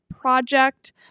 project